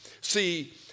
See